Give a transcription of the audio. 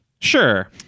Sure